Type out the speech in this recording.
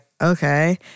okay